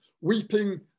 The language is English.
weeping